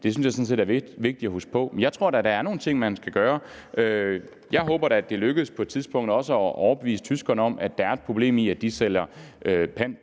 Det synes jeg sådan set er vigtigt at huske på. Jeg tror da, at der er nogle ting, man skal gøre. Jeg håber da, at det på et tidspunkt lykkes at overbevise tyskerne om, at der er et problem i, at de sælger dåser